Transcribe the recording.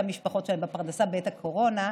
המשפחות שלהם ואת הפרנסה בעת הקורונה,